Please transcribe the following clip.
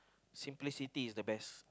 simplicity is the best